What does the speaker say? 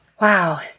wow